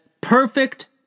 perfect